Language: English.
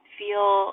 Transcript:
feel